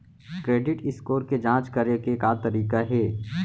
Credit score के जाँच करे के का तरीका हे?